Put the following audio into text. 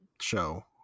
show